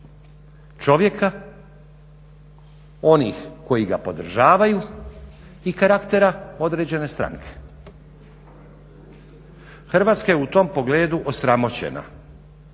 čovjeka, onih koji ga podržavaju i karaktera određene stranke. Hrvatska je u tom pogledu osramoćena,